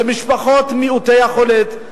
במשפחות מעוטות יכולת.